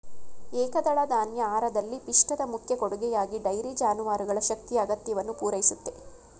ಏಕದಳಧಾನ್ಯ ಆಹಾರದಲ್ಲಿ ಪಿಷ್ಟದ ಮುಖ್ಯ ಕೊಡುಗೆಯಾಗಿ ಡೈರಿ ಜಾನುವಾರುಗಳ ಶಕ್ತಿಯ ಅಗತ್ಯವನ್ನು ಪೂರೈಸುತ್ತೆ